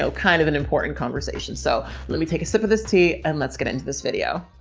so kind of an important conversation. so let me take a sip of this tea and let's get into this video.